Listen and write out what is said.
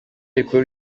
rikuru